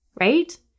right